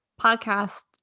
podcast